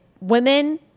women